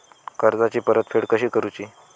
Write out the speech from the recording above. कर्जाची परतफेड कशी करुची?